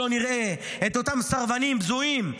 שלא נראה את אותם סרבנים בזויים,